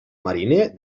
mariner